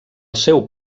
seu